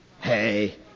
Hey